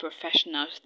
professionals